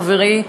חברי,